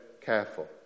careful